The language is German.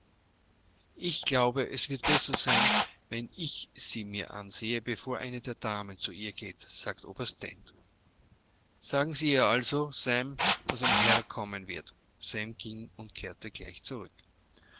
ich glaube es wird besser sein wenn ich sie mir ansehe bevor eine der damen zu ihr geht sagte oberst dent sagen sie ihr also sam daß ein herr kommen wird sam ging und kehrte gleich zurück